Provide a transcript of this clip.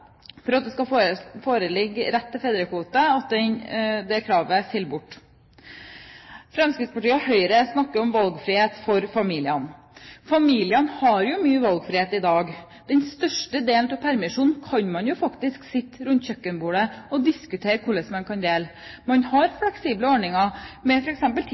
for at det skal foreligge rett til fedrekvote, faller bort. Fremskrittspartiet og Høyre snakker om valgfrihet for familiene. Familiene har mye valgfrihet i dag. Den største delen av permisjonen kan man faktisk sitte rundt kjøkkenbordet og diskutere hvordan man kan dele. Man har fleksible ordninger med